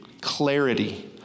clarity